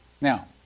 Now